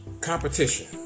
Competition